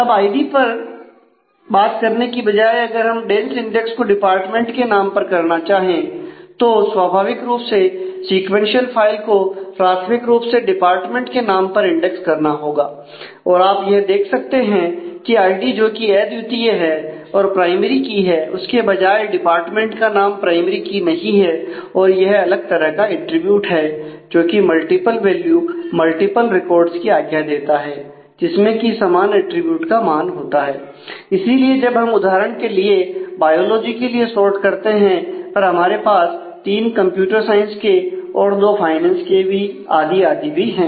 अब आईडी पर करने की बजाय अगर हम डेंस इंडेक्स को डिपार्टमेंट के नाम पर करना चाहे तो स्वाभाविक रूप से सीक्वेंशियल फाइल को प्राथमिक रूप से डिपार्टमेंट के नाम पर इंडेक्स करना होगा और आप यह देख सकते हैं कि आईडी जो की अद्वितीय है और प्राइमरी की है उसके बजाय डिपार्टमेंट का नाम प्राइमरी की नहीं है और यह अलग तरह का एट्रिब्यूट है जोकि मल्टीपल वैल्यू मल्टीपल रिकॉर्ड्स की आज्ञा देता है जिसमें की समान एट्रिब्यूट का मान होता है इसीलिए जब हम उदाहरण के लिए बायोलॉजी के लिए सोर्ट करते हैं पर हमारे पास तीन कंप्यूटर साइंस के और दो फाइनेंस आदि आदि भी हैं